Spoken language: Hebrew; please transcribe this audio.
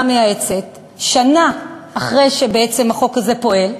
המייעצת שנה אחרי שהחוק הזה בעצם פועל,